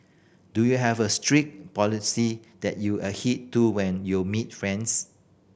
do you have a strict policy that you adhere to when you are meet fans